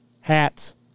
hats